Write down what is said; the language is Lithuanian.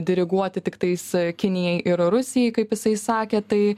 diriguoti tiktais kinijai ir rusijai kaip jisai sakė tai